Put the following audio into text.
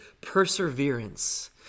perseverance